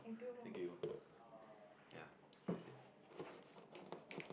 thank you ya that's it